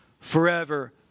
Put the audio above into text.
forever